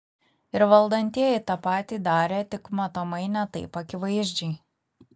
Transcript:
ir valdantieji tą patį darė tik matomai ne taip akivaizdžiai